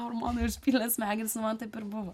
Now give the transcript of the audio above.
hormonai užpylė smegenis nu man taip ir buvo